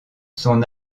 son